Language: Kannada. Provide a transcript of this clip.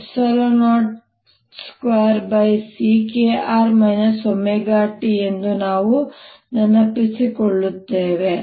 r ωt ಎಂದು ನಾವು ನೆನಪಿಸಿಕೊಳ್ಳುತ್ತೇವೆ